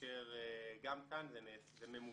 - כאשר גם כאן זה ממוצע.